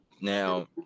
Now